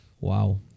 Wow